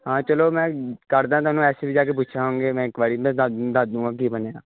ਹਾਂ ਚਲੋ ਮੈਂ ਕਰਦਾ ਤੁਹਾਨੂੰ ਐਸ ਡੀ ਜਾ ਕੇ ਪੁੱਛਾਂਗੇ ਮੈਂ ਇੱਕ ਵਾਰ ਮੈਂ ਦੱਸ ਦਊਂਗਾ ਕੀ ਬਣਿਆ